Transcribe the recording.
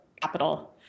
capital